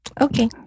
Okay